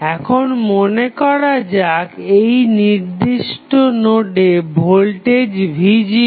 এখন মনে করাযাক এই নির্দিষ্ট নোডে ভোল্টেজ v0